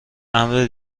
امر